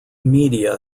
media